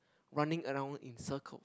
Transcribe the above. running around in circles